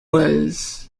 was